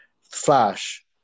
Flash